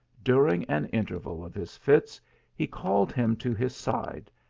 during an inter val of his fits he called him to his side,